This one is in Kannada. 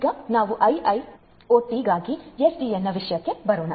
ಈಗ ನಾವು ಐಒಟಿಗಾಗಿ ಎಸ್ಡಿಎನ್ ನ ವಿಷಯಕ್ಕೆ ಬರೋಣ